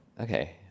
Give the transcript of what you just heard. Okay